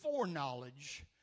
foreknowledge